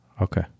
Okay